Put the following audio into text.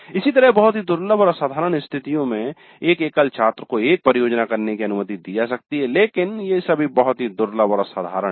इसी तरह बहुत ही दुर्लभ और असाधारण स्थितियों में एक एकल छात्र को एक परियोजना करने की अनुमति दी जा सकती है लेकिन ये सभी बहुत ही दुर्लभ और असाधारण हैं